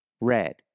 red